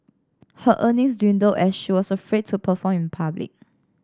her earnings dwindled as she was afraid to perform in public